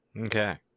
Okay